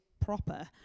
proper